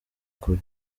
kure